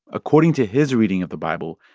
according to his reading of the bible,